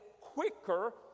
quicker